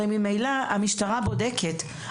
הרי ממילא המשטרה בודקת,